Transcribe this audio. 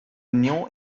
new